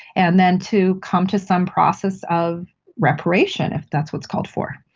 and then to come to some process of reparation if that's what is called for.